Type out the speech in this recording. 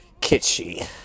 kitschy